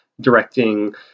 directing